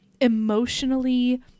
emotionally